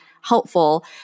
helpful